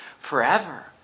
forever